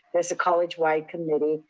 there's a college-wide committee,